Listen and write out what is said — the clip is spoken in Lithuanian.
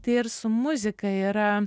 tai ir su muzika yra